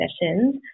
sessions